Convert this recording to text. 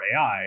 AI